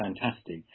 fantastic